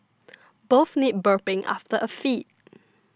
both need burping after a feed